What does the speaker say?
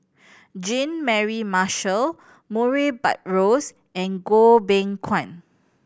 Jean Mary Marshall Murray Buttrose and Goh Beng Kwan